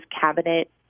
cabinet